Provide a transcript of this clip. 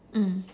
mm